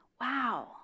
wow